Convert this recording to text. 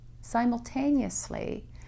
simultaneously